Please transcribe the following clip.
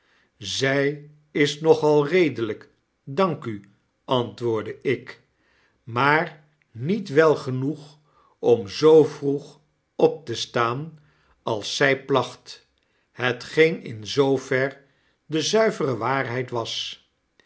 zy is nogal redelijk dank u antwoordde ik maar niet wel genoeg om zoo vroeg opte staan als zij placht hetgeen in zoover de zuivere waarheid was